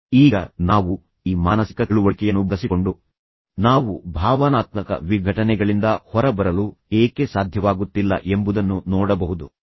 ಈಗ ನಾವು ಈ ಮಾನಸಿಕ ತಿಳುವಳಿಕೆಯನ್ನು ಬಳಸಿಕೊಂಡು ನಾವು ಭಾವನಾತ್ಮಕ ವಿಘಟನೆಗಳಿಂದ ಹೊರಬರಲು ಏಕೆ ಸಾಧ್ಯವಾಗುತ್ತಿಲ್ಲ ಎಂಬುದನ್ನು ನೋಡಬಹುದು ಎಂದು ನಾನು ಹೇಳಿದೆ